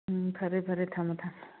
ꯎꯝ ꯐꯔꯦ ꯐꯔꯦ ꯊꯝꯃꯣ ꯊꯝꯃꯣ